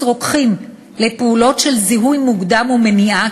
רוקחים לפעולות של זיהוי מוקדם ומניעה,